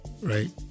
Right